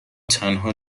تنها